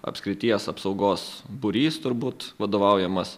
apskrities apsaugos būrys turbūt vadovaujamas